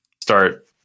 start